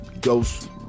ghost